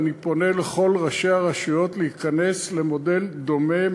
ואני פונה לכל ראשי הרשויות להיכנס למודל דומה,